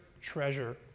treasure